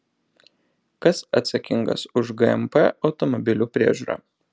kas atsakingas už gmp automobilių priežiūrą